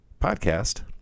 podcast